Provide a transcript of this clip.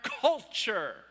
culture